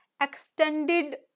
extended